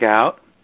out